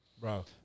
Bro